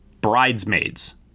Bridesmaids